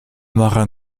marin